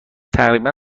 تقریبا